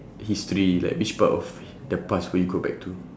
history like which part of the past will you go back to